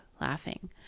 laughing